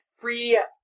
free